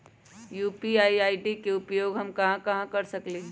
UPI ID के उपयोग हम कहां कहां कर सकली ह?